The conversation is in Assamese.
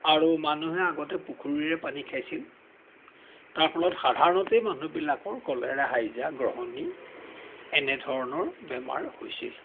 আৰু মানুহে আগতে পুখুৰীৰে পানী খাইছিল তাৰ ফলত সাধাৰনতেই মানুহবিলাকৰ কলেৰা হাইজা গ্ৰহণী এনেধৰণৰ বেমাৰ হৈছিল